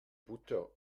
butter